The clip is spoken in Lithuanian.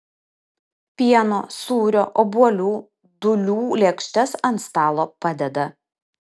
pieno sūrio obuolių dūlių lėkštes ant stalo padeda